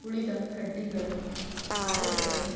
ಉಳಿದ ಕಡ್ಡಿಗಳು ಹಾಳೆಗಳು